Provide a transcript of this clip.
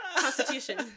Constitution